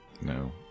No